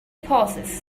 pauses